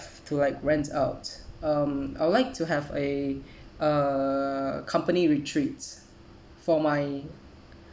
to like rent out um I would like to have a uh company retreats for my